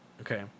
Okay